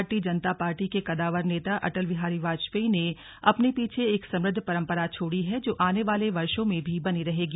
भारतीय जनता पार्टी के कद्दावर नेता अटल बिहारी वाजपेयी ने अपने पीछे एक समृद्ध परम्परा छोड़ी है जो आने वाले वर्षो में भी बनी रहेगी